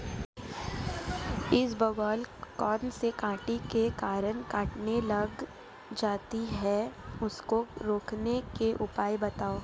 इसबगोल कौनसे कीट के कारण कटने लग जाती है उसको रोकने के उपाय बताओ?